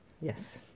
yes